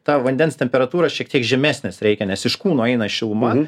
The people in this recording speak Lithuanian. ta vandens temperatūra šiek tiek žemesnės reikia nes iš kūno eina šiluma